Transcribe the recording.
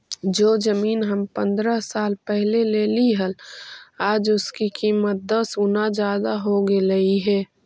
जो जमीन हम पंद्रह साल पहले लेली हल, आज उसकी कीमत दस गुना जादा हो गेलई हे